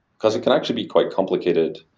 because it can actually be quite complicated.